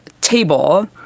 table